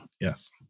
Yes